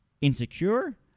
insecure